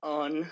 on